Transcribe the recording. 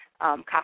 copy